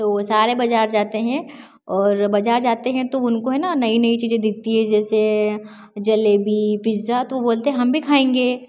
तो सारे बाजार जाते हैं और बाजार जाते हैं तो उनको है ना नई नई चीजें दिखती हैं जैसे जलेबी पिज़्ज़ा तो वो बोलते हैं हम भी खाएँगे